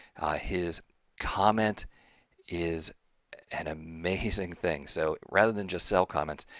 his comment is an amazing thing, so rather than just cell comments.